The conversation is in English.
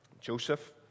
Joseph